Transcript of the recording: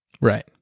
right